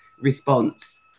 response